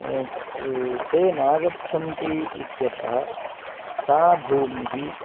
ते नागच्छन्ति इत्यतः सा भूमिः